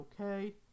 okay